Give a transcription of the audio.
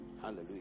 Hallelujah